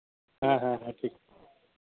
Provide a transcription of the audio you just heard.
ᱦᱮᱸ ᱦᱮᱸ ᱴᱷᱤᱠ